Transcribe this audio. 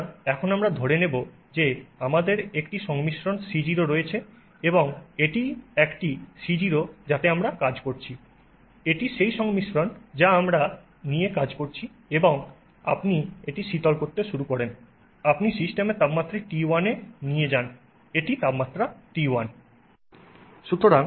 সুতরাং এখন আমরা ধরে নেব যে আমাদের একটি সংমিশ্রণ C0 রয়েছে এবং এটিই একটি C0 যাতে আমরা কাজ করছি এটি সেই সংমিশ্রণ যা আমরা নিয়ে কাজ করছি এবং আপনি এটি শীতল করতে শুরু করেন আপনি সিস্টেমের তাপমাত্রাটি T1 এ নিয়ে যান এটি তাপমাত্রা T1